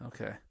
Okay